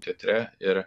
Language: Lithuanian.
teatre ir